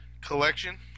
Collection